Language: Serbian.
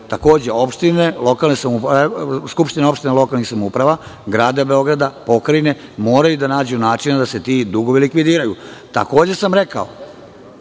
opštine, skupštine opštine lokalnih samouprava, grada Beograda, pokrajine, moraju da nađu načina da se ti dugovi likvidiraju. Takođe sam rekao,